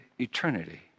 eternity